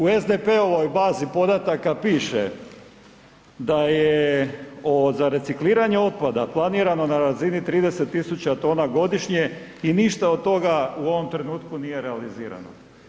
U SDP-ovoj bazi podataka piše da je za recikliranje otpada planirano na razini 30 000 tona godišnje i ništa od toga u ovom trenutku nije realizirano.